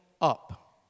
up